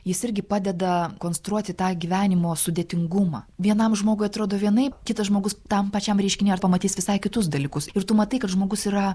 jis irgi padeda konstruoti tą gyvenimo sudėtingumą vienam žmogui atrodo vienaip kitas žmogus tam pačiam reiškinyje ir pamatys visai kitus dalykus ir tu matai kad žmogus yra